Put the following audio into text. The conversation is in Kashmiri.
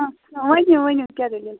اچھا وٕنِو وٕنِو کیٛاہ دٔلیٖل